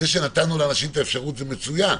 זה שנתנו לאנשים את האפשרות, זה מצוין.